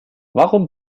warum